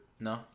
No